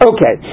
Okay